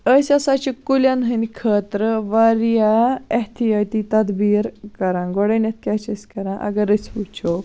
أسۍ ہَسا چھِ کُلٮ۪ن ہٕنٛدۍ خٲطرٕ واریاہ احتِیٲطی تَدبیٖر کَران گۄڈٕنیٚتھ کیاہ چھِ أسۍ کَران اَگَر أسۍ وٕچھو